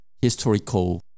historical